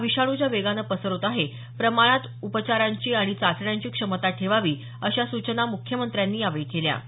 हा विषाणू ज्या वेगानं पसरतो त्या प्रमाणात उपचारांची आणि चाचण्यांची क्षमता ठेवावी अशा सूचना मुख्यमंत्र्यांनी केल्या